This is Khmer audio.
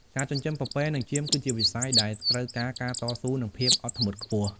ការចិញ្ចឹមពពែនិងចៀមគឺជាវិស័យដែលត្រូវការការតស៊ូនិងភាពអត់ធ្មត់ខ្ពស់។